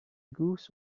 goose